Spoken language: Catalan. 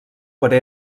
però